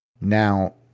Now